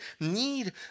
need